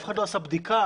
אף אחד עשה בדיקה,